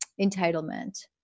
entitlement